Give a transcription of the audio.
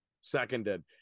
Seconded